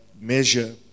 measure